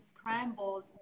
Scrambled